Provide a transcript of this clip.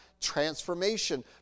transformation